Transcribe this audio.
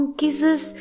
kisses